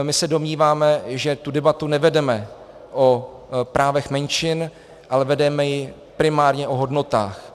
My se domníváme, že tu debatu nevedeme o právech menšin, ale vedeme ji primárně o hodnotách.